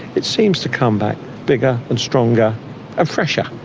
it seems to come back bigger and stronger and fresher.